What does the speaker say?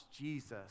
Jesus